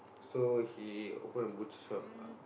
so he open a butcher shop